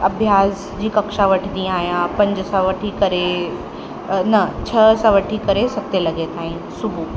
अभ्यास जी कक्षा वठंदी आहियां पंज सौ वठी करे न छह सौ वठी करे सते लॻे ताईं